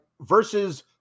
versus